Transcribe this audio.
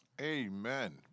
Amen